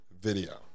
video